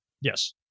Yes